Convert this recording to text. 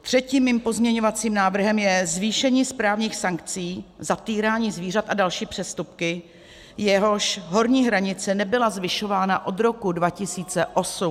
Třetím mým pozměňovacím návrhem je zvýšení správních sankcí za týrání zvířat a další přestupky, jehož horní hranice nebyla zvyšována od roku 2008.